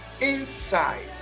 inside